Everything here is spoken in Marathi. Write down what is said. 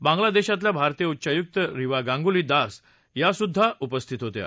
बांगलादेशातल्या भारतीय उच्चायुक्त रीवा गांगुली दास यासुद्वा उपस्थित होत्या